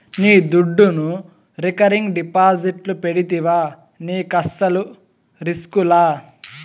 నీ దుడ్డును రికరింగ్ డిపాజిట్లు పెడితివా నీకస్సలు రిస్కులా